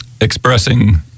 expressing